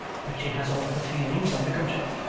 but she has all her feelings under control.